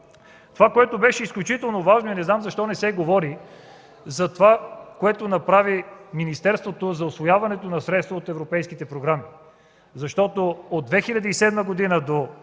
с данък. Беше изключително важно и не знам защо не се говори за това, което направи министерството за усвояване на средствата от европейските програми. От 2007 г. до